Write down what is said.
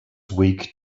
week